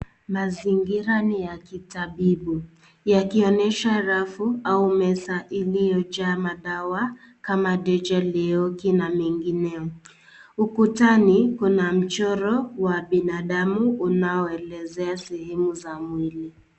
Mazingira ni ya kitabibu, yakionyesha rafu au meza iliyojaa madawa kama Deja, Leoki na mengineo. Ukutani kuna mchoro wa binadamu unaoelezea sehemu za mwili.